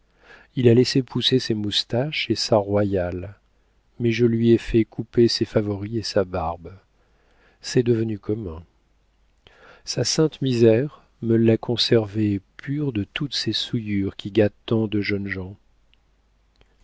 il a laissé pousser ses moustaches et sa royale mais je lui ai fait couper ses favoris et sa barbe c'est devenu commun sa sainte misère me l'a conservé pur de toutes ces souillures qui gâtent tant de jeunes gens